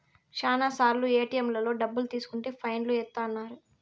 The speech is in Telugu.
శ్యానా సార్లు ఏటిఎంలలో డబ్బులు తీసుకుంటే ఫైన్ లు ఏత్తన్నారు